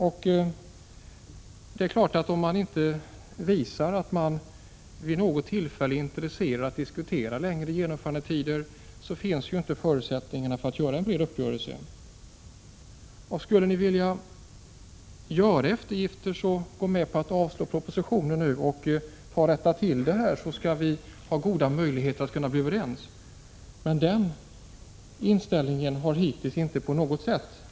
Om man inte vid något tillfälle visar att man är intresserad av att diskutera längre genomförandetider, finns det inte förutsättningar för en uppgörelse. Skulle ni vilja göra eftergifter och gå med på att avslå propositionen nu och rätta till det som inte är bra, så kan vi ha goda möjligheter att bli överens, men den inställningen har hittills inte visats på något sätt.